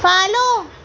follow